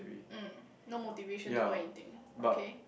mm no motivation to do anything okay